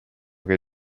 che